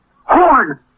Horn